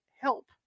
help